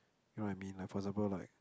you know what I mean for example like